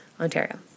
Ontario